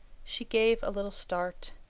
she gave a little start.